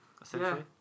Essentially